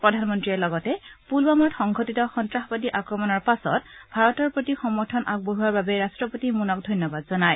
প্ৰধানমন্ত্ৰীয়ে লগতে পুলৱামাত সংঘটিত সন্তাসবাদী আক্ৰমণৰ পাছত ভাৰতৰ প্ৰতি সমৰ্থন আগবঢ়োৱাৰ বাবে ৰাট্টপতি মনক ধন্যবাদ জনায়